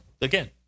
again